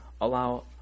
allow